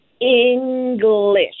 English